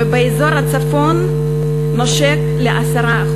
ובאזור הצפון הוא נושק ל-10%.